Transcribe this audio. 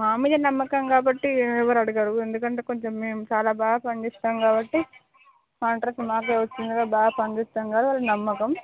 మా మీద నమ్మకం కాబట్టి ఎవరు అడగరు ఎందుకంటే కొంచెం మేము చాలా బాగా పనిచేస్తాము కాబట్టి కాంట్రాక్ట్ మాకే వచ్చింది కదా బాగా పని చేస్తాము కదా వాళ్ళ నమ్మకం